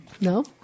No